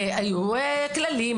היו כללים,